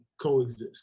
coexist